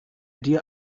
dir